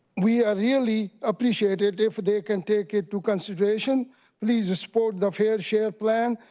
we are really appreciated if they can take into consideration please support the fair share plan,